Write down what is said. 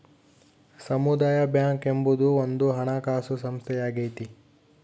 ಸಮುದಾಯ ಬ್ಯಾಂಕ್ ಎಂಬುದು ಒಂದು ಹಣಕಾಸು ಸಂಸ್ಥೆಯಾಗೈತೆ